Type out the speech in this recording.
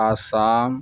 Assam